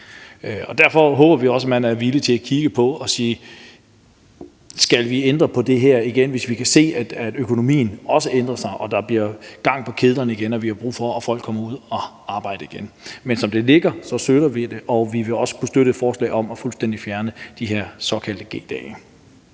derfor håber vi også, at man er villig til at kigge på, om vi skal ændre på det her igen, hvis vi kan se, at økonomien også ændrer sig og der bliver gang i kedlerne igen og vi har brug for, at folk kommer ud og arbejder igen. Men som lovforslaget ligger, støtter vi det. Og vi vil også kunne støtte et forslag om fuldstændig at fjerne de her såkaldte G-dage.